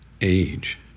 Age